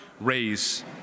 raise